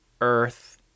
earth